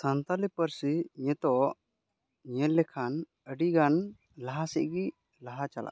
ᱥᱟᱱᱛᱟᱲᱤ ᱯᱟᱹᱨᱥᱤ ᱱᱤᱛᱚᱜ ᱧᱮᱞ ᱞᱮᱠᱷᱟᱱ ᱟᱹᱰᱤ ᱜᱟᱱ ᱞᱟᱦᱟ ᱥᱮᱫ ᱜᱮ ᱞᱟᱦᱟ ᱪᱟᱞᱟᱜ ᱠᱟᱱᱟ